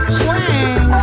swing